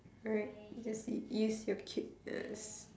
alright you just u~ use your cuteness